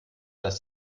dass